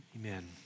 Amen